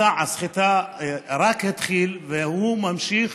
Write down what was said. מסע הסחיטה רק התחיל, והוא נמשך,